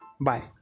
Bye